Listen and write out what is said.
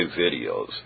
videos